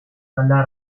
dalla